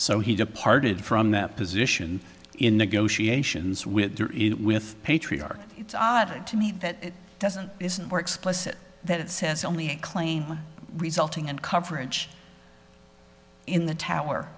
so he departed from that position in negotiations with with patriarch it's odd to me that doesn't isn't more explicit that it says only a claim resulting and coverage in the tower